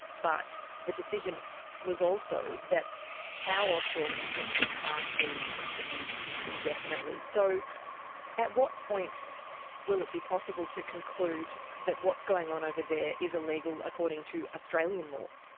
but the decision was also that our offshore detention can't be continued indefinitely. so at what point will it be possible to conclude that what's going on over there is illegal according to australian law?